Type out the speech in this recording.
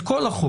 את כל החוק.